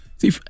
See